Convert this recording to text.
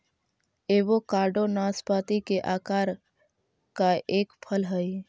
avocado नाशपाती के आकार का एक फल हई